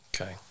Okay